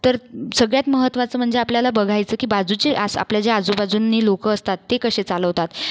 तर सगळ्यात महत्त्वाचं म्हणजे आपल्याला बघायचं की बाजूचे आज आपले जे आजूबाजूंनी लोक असतात ते कसे चालवतात